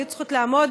היו צריכות לעמוד